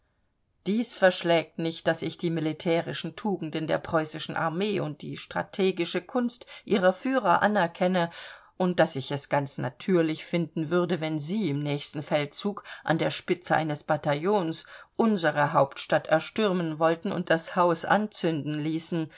dies verschlägt nicht daß ich die militärischen tugenden der preußischen armee und die strategische kunst ihrer führer anerkenne und daß ich es ganz natürlich finden würde wenn sie im nächsten feldzug an der spitze eines bataillons unsere hauptstadt erstürmen wollten und das haus anzünden ließen